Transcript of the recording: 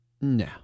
No